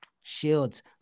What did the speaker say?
Shields